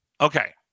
Okay